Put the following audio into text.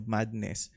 Madness